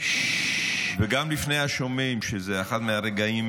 וגם בפני השומעים, שזה אחד מהרגעים